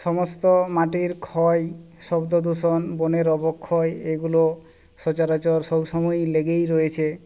সমস্ত মাটির ক্ষয় শব্দদূষণ বনের অবক্ষয় এগুলো সচরাচর সবসময় লেগেই রয়েছে